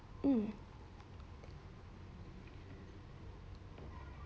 um